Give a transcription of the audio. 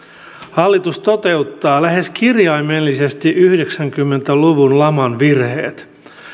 hallitus toteuttaa lähes kirjaimellisesti yhdeksänkymmentä luvun laman virheet